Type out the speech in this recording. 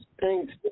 Thanks